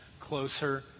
closer